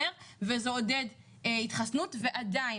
עדיין,